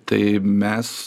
tai mes